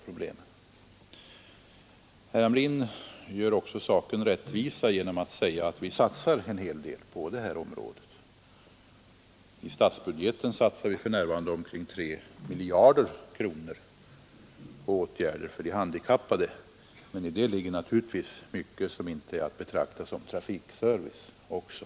Herr Hamrin gör också saken rättvisa genom att säga att vi satsar en hel del på det här området. I statsbudgeten satsar vi för närvarande omkring 3 miljarder kronor på åtgärder för de handikappade, men i det ligger naturligtvis mycket som inte är att betrakta som trafikservice också.